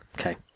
okay